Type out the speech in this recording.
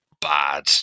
bad